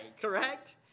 correct